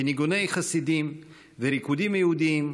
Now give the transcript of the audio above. וניגוני חסידים וריקודים יהודיים.